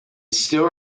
still